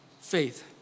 faith